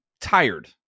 tired